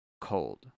Cold